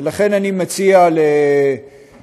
ולכן אני מציע לנתניהו,